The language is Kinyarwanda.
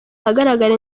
ahagaragara